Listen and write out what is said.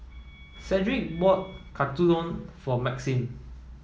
Cedric bought Katsudon for Maxim